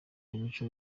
imico